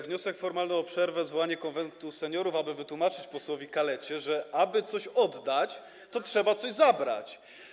Wniosek formalny o przerwę, zwołanie Konwentu Seniorów, aby wytłumaczyć posłowi Kalecie, że aby coś oddać, to trzeba coś zabrać.